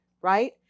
right